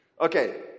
Okay